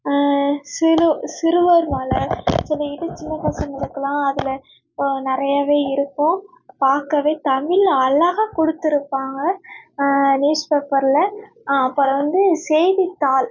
சிறு சிறுவர் மலர் சொல்லிக்கிட்டு சின்ன பசங்களுக்கெலாம் அதில் நிறையாவே இருக்கும் பார்க்கவே தமிழில் அழகா கொடுத்துருப்பாங்க நியூஸ் பேப்பரில் அப்புறம் வந்து செய்தித்தாள்